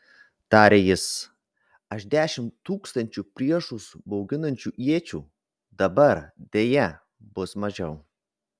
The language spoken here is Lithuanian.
tarė jis aš dešimt tūkstančių priešus bauginančių iečių dabar deja bus mažiau